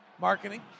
Marketing